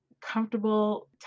comfortable